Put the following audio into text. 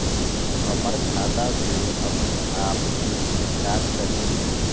हमर खाता से अपनेआप किस्त काट सकेली?